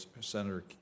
Senator